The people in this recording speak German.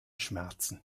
schmerzen